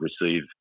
receive